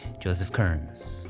joseph kearns.